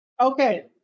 Okay